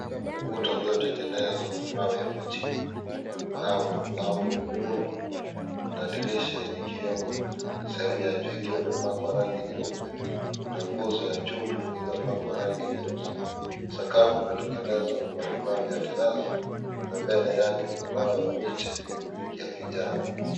Ukuta iliyotengenezwa na mbao ya majingo nao na mlango mwekundu na dirisha yenye kioo sehemu ya juu ikiwa imepakiwa rangi nyeupe na nguoa za chuma zilizo pakwa rangi nyeusi sakafu inatengenezwa na marumaru ya teleza na mbele yake panao ya miche ya kijani.